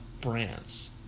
brands